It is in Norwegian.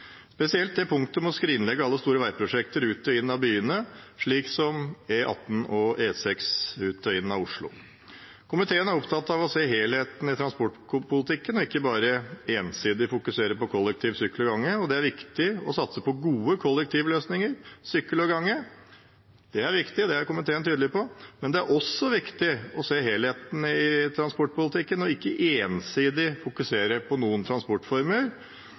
spesielt punktet om å skrinlegge alle store veiprosjekter ut og inn av byene, slik som E18 og E6 ut og inn av Oslo. Komiteen er opptatt av å se helheten i transportpolitikken og ikke bare ensidig fokusere på kollektiv, sykkel og gange. Det er viktig å satse på gode kollektivløsninger, sykkel og gange – det er viktig, og det er komiteen tydelig på – men det er også viktig å se helheten i transportpolitikken og ikke ensidig fokusere på noen transportformer.